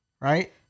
Right